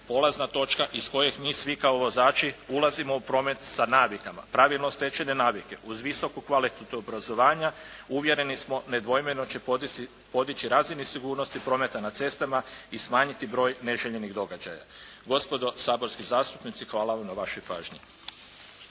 polazna točka iz koje mi svi kao vozači ulazimo u promet sa navikama. Pravilno stečene navike uz visoku kvalitetu obrazovanja uvjereni smo nedvojbeno će podići razini sigurnosti prometa na cestama i smanjiti broj neželjenih događaja. Gospodo saborski zastupnici hvala vam na vašoj pažnji.